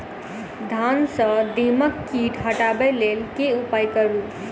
धान सँ दीमक कीट हटाबै लेल केँ उपाय करु?